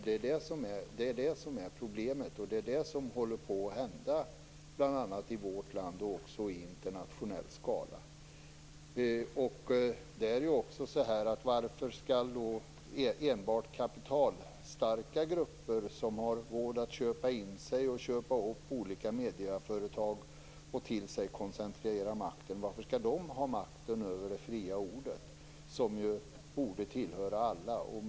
Det är det som är problemet och som håller på att hända i bl.a. vårt land men också internationellt. Varför skall enbart kapitalstarka grupper, som har råd att köpa in sig i och köpa upp olika medieföretag och till sig koncentrera makten, ha makten över det fria ordet som ju borde tillhöra alla?